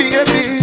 Baby